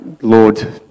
Lord